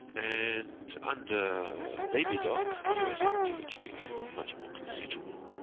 and under baby doc, us activity became much more considerable.